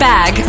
Bag